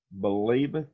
believeth